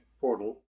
portal